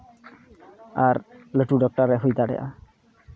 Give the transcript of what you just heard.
ᱟᱨ ᱞᱟᱹᱴᱩ ᱰᱟᱠᱛᱟᱨ ᱮ ᱦᱩᱭ ᱫᱟᱲᱮᱭᱟᱜᱼᱟ